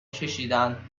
کشیدند